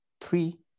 three